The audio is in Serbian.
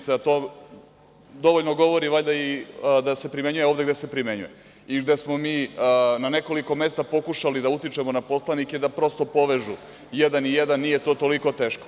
To dovoljno govori valjda i da se primenjuje ovde gde se primenjuje, gde smo mi na nekoliko mesta pokušali da utičemo na poslanike da prosto povežu jedan i jedan, nije to toliko teško.